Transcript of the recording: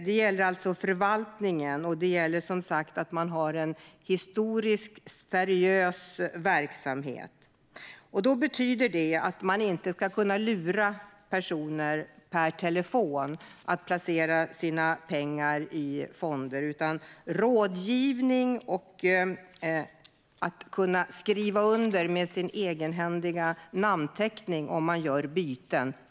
Det gäller alltså förvaltningen, och det gäller som sagt att det finns en verksamhet som är och som historiskt sett har varit seriös. Det betyder att ingen ska kunna lura personer per telefon att placera sina pengar i fonder. Det är viktigt med rådgivning och att man ska kunna skriva under med sin egenhändiga namnteckning om man gör byten.